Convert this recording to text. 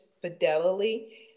Fidelity